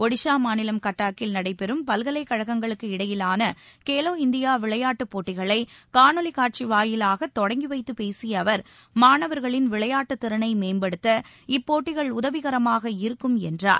ஒடிஷா மாநிலம் கட்டாக்கில் நடைபெறும் பல்கலைக்கழகங்களுக்கு இடையிலான கேலோ இந்தியா விளையாட்டிடுப் போட்டிகளை காணொலி காட்சி வாயிலாக தொடங்கி வைத்துப் பேசிய அவர் மாணவர்களின் விளையாட்டுத் திறனை மேம்படுத்த இப்போட்டிகள் உதவிகரமாக இருக்கும் என்றார்